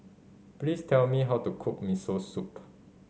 please tell me how to cook Miso Soup